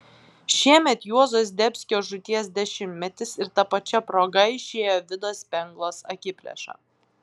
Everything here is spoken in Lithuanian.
šiemet juozo zdebskio žūties dešimtmetis ir ta pačia proga išėjo vido spenglos akiplėša